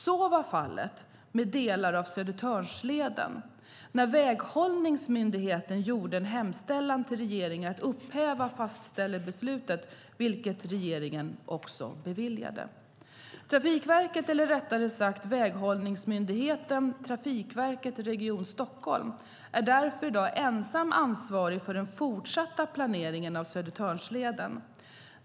Så var fallet med delar av Södertörnsleden när väghållningsmyndigheten gjorde en hemställan till regeringen att upphäva fastställelsebesluten, vilken regeringen också beviljade. Trafikverket, eller rättare sagt väghållningsmyndigheten Trafikverket Region Stockholm, är därför i dag ensam ansvarig för den fortsatta planeringen av Södertörnsleden.